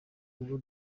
utwo